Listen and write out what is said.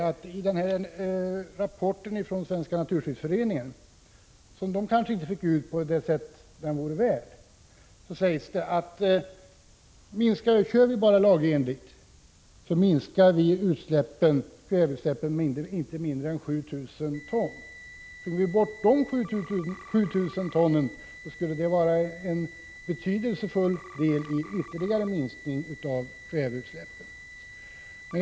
I rapporten från Svenska naturskyddsföreningen, som man kanske inte fick ut på det sätt som den vore värd, sägs att om vi bara kör lagenligt så minskar vi kväveutsläppen med inte mindre än 7 000 ton. Fick vi bort de 7 000 tonen skulle det vara en betydelsefull del i en ytterligare minskning av kväveutsläppen.